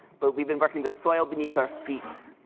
but we've been working the soil beneath our feet,